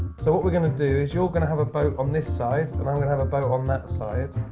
so what we're gonna do, is you're gonna have a boat on this side and i'm gonna have a boat on that side.